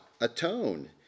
atone